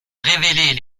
révéler